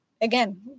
Again